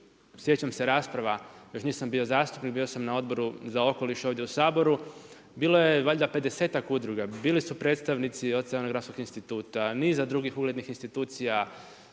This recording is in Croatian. sjećam se rasprava, još nisam bio zastupnik, bio sam na Odboru za okoliš ovdje u Saboru, bilo je valjda pedesetak udruga, bili su predstavnici Oceanografskog instituta, niza drugih uglednih institucija,